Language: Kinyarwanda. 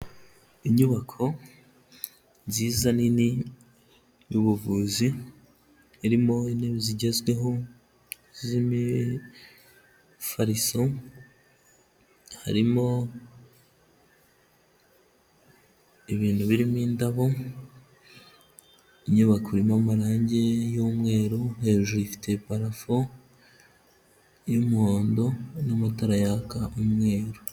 Inyubako nziza nini y'ubuvuzi, irimo intebe zigezweho z'imifariso, harimo ibintu birimo indabo, inyubako irimo amarange y'umweru, hejuru ifite parafo y'umuhondo, n'amatara yaka umweru.